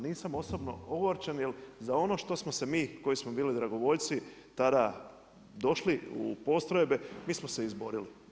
Nisam osobno ogorčen, jer za ono što smo se mi koji smo bili dragovoljci tada došli u postrojbe, mi smo se izborili.